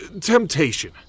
Temptation